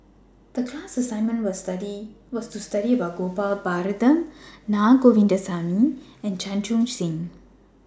The class assignment was to study about Gopal Baratham Na Govindasamy and Chan Chun Sing